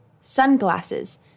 sunglasses